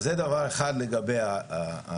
אז זה דבר אחד לגבי הגילאים.